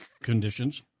conditions